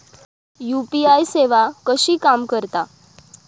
UPI सेवा कशी काम करता?